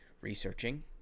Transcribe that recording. researching